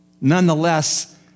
nonetheless